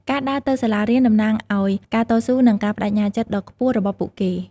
ការដើរទៅសាលារៀនតំណាងឱ្យការតស៊ូនិងការប្តេជ្ញាចិត្តដ៏ខ្ពស់របស់ពួកគេ។